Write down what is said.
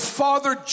father